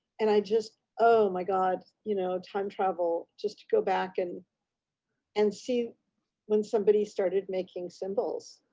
and i just, oh my god, you know time travel just to go back and and see when somebody started making symbols,